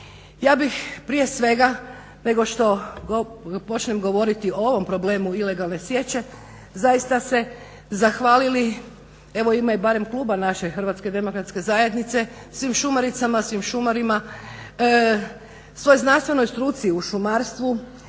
ja bih prije svega nego što počnem govoriti o ovom problemu ilegalne sječe zaista se zahvalili u ime barem kluba našeg HDZ-a svim šumaricama, svim šumarima, svoj znanstvenoj struci u šumarstvu